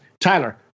Tyler